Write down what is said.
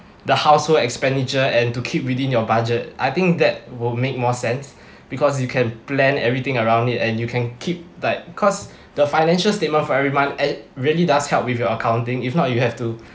the household expenditure and to keep within your budget I think that would make more sense because you can plan everything around it and you can keep like cause the financial statement for every month at really does help with your accounting if not you have to